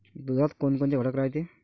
दुधात कोनकोनचे घटक रायते?